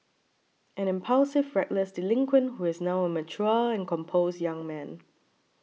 an impulsive reckless delinquent who is now a mature and composed young man